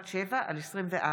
פ/2317/24.